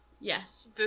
Yes